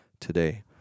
today